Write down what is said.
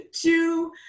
two